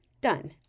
done